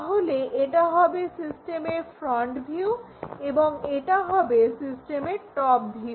তাহলে এটা হবে সিস্টেমের ফ্রন্ট ভিউ এবং এটা হবে সিস্টেমের টপ ভিউ